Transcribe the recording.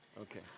Okay